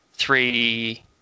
three